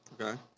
Okay